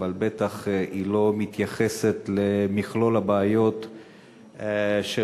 אבל היא בטח לא מתייחסת למכלול הבעיות של